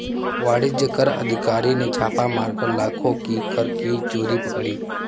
वाणिज्य कर अधिकारी ने छापा मारकर लाखों की कर की चोरी पकड़ी